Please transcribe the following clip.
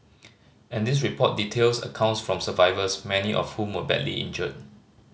and this report details accounts from survivors many of whom were badly injured